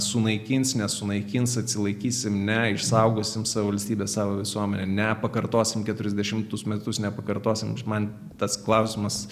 sunaikins nesunaikins atsilaikysim ne išsaugosim savo valstybę savo visuomenę pakartosim keturiasdešimtus metus nepakartosim man tas klausimas